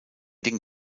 den